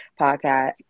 podcast